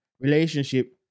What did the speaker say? relationship